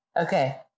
Okay